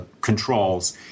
controls